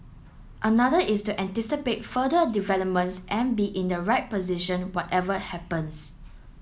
another is to anticipate further developments and be in the right position whatever happens